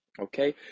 okay